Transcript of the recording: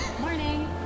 Morning